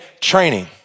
training